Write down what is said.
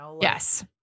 Yes